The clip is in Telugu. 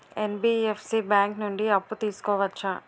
ఎన్.బి.ఎఫ్.సి బ్యాంక్ నుండి అప్పు తీసుకోవచ్చా?